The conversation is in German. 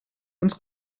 uns